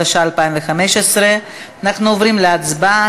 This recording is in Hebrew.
התשע"ה 2015. אנחנו עוברים להצבעה.